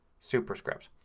superscript.